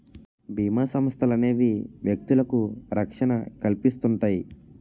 బీమా సంస్థలనేవి వ్యక్తులకు రక్షణ కల్పిస్తుంటాయి